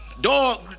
dog